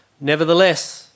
nevertheless